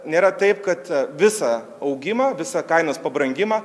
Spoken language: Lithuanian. nėra taip kad visą augimą visą kainos pabrangimą